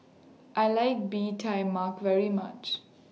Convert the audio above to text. I like Bee Tai Mak very much